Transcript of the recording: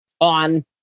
on